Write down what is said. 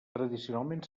tradicionalment